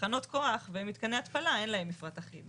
תחנות כוח ומתקני התפלה, אין להם מפרט אחיד.